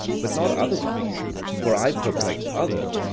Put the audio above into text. but not otherwise for i perplex others,